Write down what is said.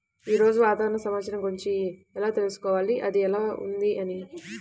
ఈరోజు వాతావరణ సమాచారం గురించి ఎలా తెలుసుకోవాలి అది ఎలా ఉంది అని?